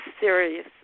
serious